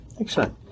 excellent